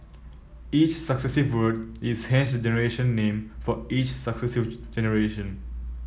each successive word is hence the generation name for each successive generation